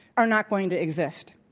are not going to exist.